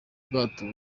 ubwato